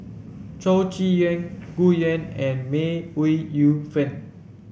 Chow Chee Yong Gu Juan and May Ooi Yu Fen